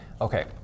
Okay